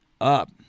up